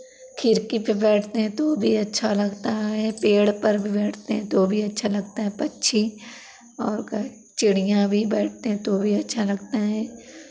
खिड़की पे बैठते हैं तो भी अच्छा लगता है पेड़ पर भी बैठते हैं तो भी अच्छे लगते हैं पक्षी और कहे चिड़ियाँ भी बैठते हैं तो भी अच्छा लगता हैं